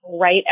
right